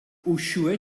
uxue